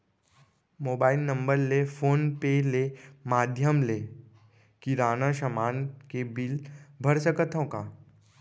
Mobile number ले phone पे ले माधयम ले किराना समान के बिल भर सकथव का?